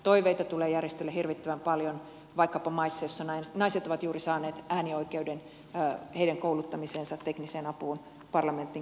toiveita tulee järjestöille hirvittävän paljon vaikkapa maissa joissa naiset ovat juuri saaneet äänioikeuden heidän kouluttamiseensa tekniseen apuun parlamentin kehittämiseen ja niin edespäin